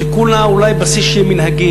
שכולה אולי על בסיס של מנהגים.